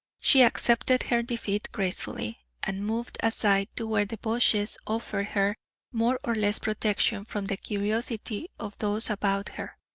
she accepted her defeat gracefully, and moved aside to where the bushes offered her more or less protection from the curiosity of those about her.